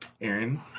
Aaron